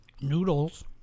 Noodles